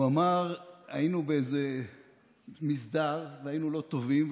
הוא אמר: היינו באיזה מסדר והיינו לא טובים,